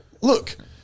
look